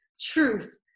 truth